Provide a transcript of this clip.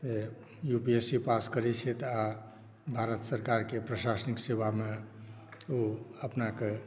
U P S C pass करै छथि आ भारत सरकारकेँ प्रसाशनिक सेवामे ओ अपनाकेँ